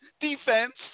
defense